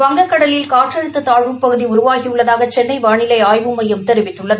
வங்கக்கடலில் காற்றழுத்த தாழ்வுப்பகுதி உருவாகியுள்ளதாக சென்னை வாளிலை ஆய்வு மையம் தெரிவித்துள்ளது